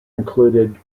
included